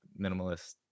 minimalist